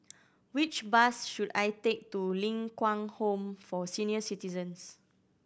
which bus should I take to Ling Kwang Home for Senior Citizens